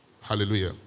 Hallelujah